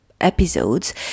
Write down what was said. episodes